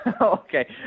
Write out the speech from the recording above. okay